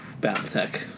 Battletech